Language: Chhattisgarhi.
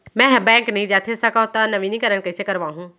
मैं ह बैंक नई जाथे सकंव त नवीनीकरण कइसे करवाहू?